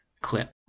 clip